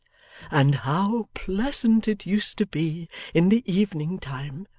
and how pleasant it used to be in the evening time?